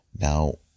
Now